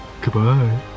Goodbye